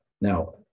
Now